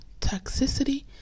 Toxicity